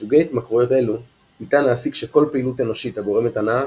מסוגי התמכרויות אלו ניתן להסיק שכל פעילות אנושית הגורמת הנאה